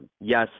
yes